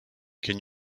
can